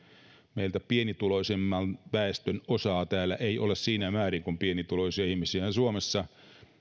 meillä täällä pienituloisimman väestön osaa ei ole siinä määrin kuin pienituloisia ihmisiä on suomessa